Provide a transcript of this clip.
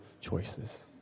choices